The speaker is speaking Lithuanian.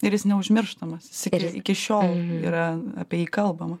ir jis neužmirštamas jis iki iki šiol yra apie jį kalbama